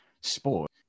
sport